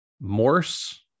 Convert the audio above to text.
Morse